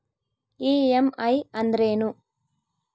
EMI ಅಂದ್ರೇನು?